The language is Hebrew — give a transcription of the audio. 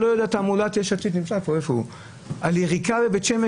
תעמולת יש עתיד על יריקה בבית שמש,